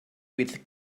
with